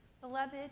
Beloved